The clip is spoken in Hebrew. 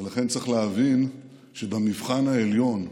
ולכן צריך להבין שבמבחן העליון,